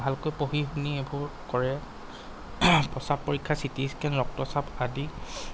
ভালকৈ পঢ়ি শুনি এইবোৰ কৰে প্ৰস্ৰাৱ পৰীক্ষা চিটি স্কেন ৰক্তচাপ আদি